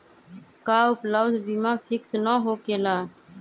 का उपलब्ध बीमा फिक्स न होकेला?